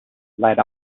led